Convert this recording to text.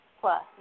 plus